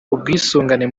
ubwisungane